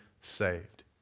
saved